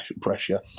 pressure